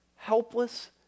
Helpless